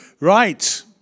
Right